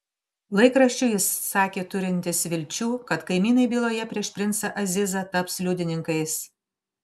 laikraščiui jis sakė turintis vilčių kad kaimynai byloje prieš princą azizą taps liudininkais